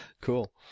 cool